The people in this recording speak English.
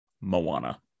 Moana